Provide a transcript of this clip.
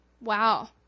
Wow